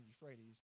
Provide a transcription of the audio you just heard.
Euphrates